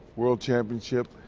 world championship.